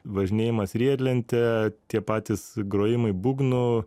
važinėjimas riedlente tie patys grojimai būgnų